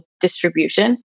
distribution